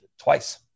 twice